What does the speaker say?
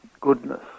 goodness